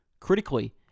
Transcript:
Critically